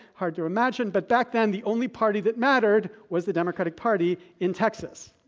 hard to imagine, but back then the only party that mattered was the democratic party in texas.